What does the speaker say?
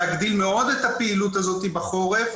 להגדיל מאוד את הפעילות הזאת בחורף,